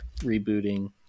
rebooting